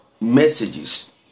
messages